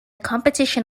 competition